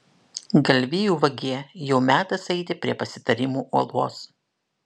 galvijų vagie jau metas eiti prie pasitarimų uolos